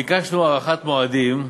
ביקשנו הארכת מועדים,